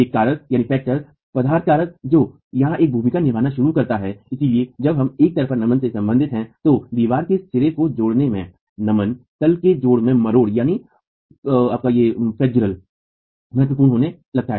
एक कारक यानि फैक्टर पदार्थ कारक जो यहाँ एक भूमिका निभाना शुरू करता है इसलिए जब हम एक तरफा नमन से सम्बन्धित है तो दीवार के सिरे के जोड़ में नमन और तल के जोड़ में मरोड़ महत्वपूर्ण होने लगते हैं